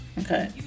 Okay